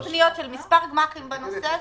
יש פניות של מספר גמ"חים בנושא הזה.